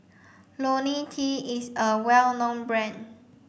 Ionil T is a well known brand